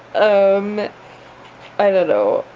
um i don't know,